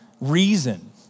reason